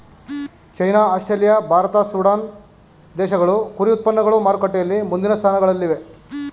China Australia Bharat Sudan ದೇಶಗಳು ಕುರಿ ಉತ್ಪನ್ನಗಳು ಮಾರುಕಟ್ಟೆಯಲ್ಲಿ ಮುಂದಿನ ಸ್ಥಾನಗಳಲ್ಲಿವೆ